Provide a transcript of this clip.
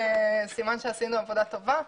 סימן שעשינו עבודה טובה.